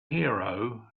hero